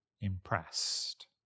impressed